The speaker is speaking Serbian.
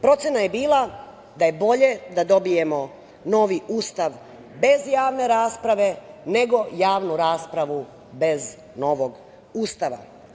Procena je bila da je bolje da dobijemo novi Ustav bez javne rasprave, nego javnu raspravu bez novog Ustava.